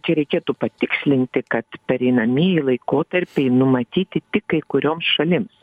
čia reikėtų patikslinti kad pereinamieji laikotarpiai numatyti tik kai kurioms šalims